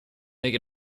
make